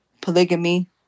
polygamy